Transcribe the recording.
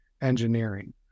engineering